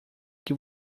que